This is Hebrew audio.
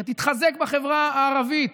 שתתחזק בחברה הערבית